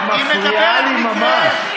את מפריעה לי ממש.